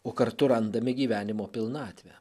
o kartu randame gyvenimo pilnatvę